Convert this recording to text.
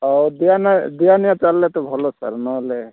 ଆଉ ଦିଆନିଆ ଦିଆନିଆ ଚାଲିଲେ ତ ଭଲ ସାର୍ ନହେଲେ